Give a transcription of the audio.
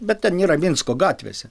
bet ten yra minsko gatvėse